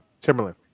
Timberland